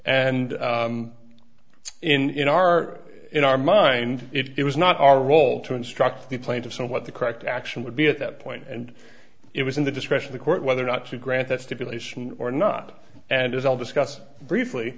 and in our in our mind it was not our role to instruct the plaintiff what the correct action would be at that point and it was in the discretion the court whether or not to grant that stipulation or not and as all discussed briefly